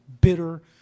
bitter